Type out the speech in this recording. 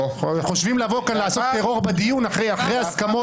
חושבים לבוא כאן לעשות טרור בדיון אחרי הסכמות.